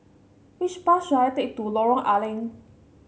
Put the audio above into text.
which bus should I take to Lorong A Leng